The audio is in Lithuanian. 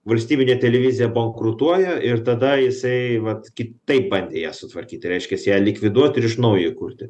valstybinė televizija bankrutuoja ir tada jisai vat kitaip bandė ją sutvarkyt tai reiškias ją likviduot ir iš naujo įkurti